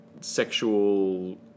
sexual